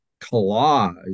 collage